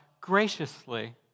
graciously